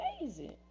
amazing